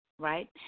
right